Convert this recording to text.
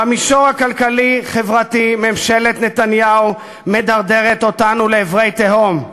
במישור הכלכלי-חברתי ממשלת נתניהו מדרדרת אותנו לעבר תהום.